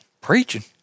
Preaching